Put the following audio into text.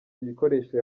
bikoresho